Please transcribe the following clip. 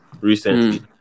recently